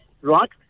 right